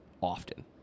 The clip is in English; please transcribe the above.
often